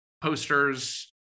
posters